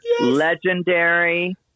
legendary